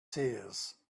seers